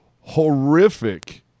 horrific